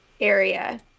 area